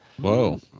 Whoa